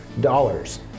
dollars